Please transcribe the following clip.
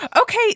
Okay